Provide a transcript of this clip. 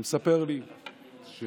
והוא מספר לי שידידנו,